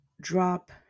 drop